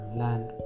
land